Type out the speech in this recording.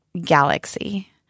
galaxy